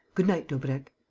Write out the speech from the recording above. good-night, daubrecq.